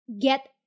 get